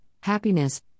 happiness